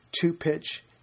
two-pitch